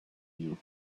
you